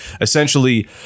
essentially